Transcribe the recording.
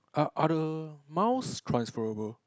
are are the miles transferrable